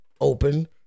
Open